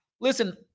Listen